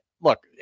look